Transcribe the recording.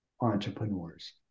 entrepreneurs